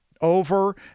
over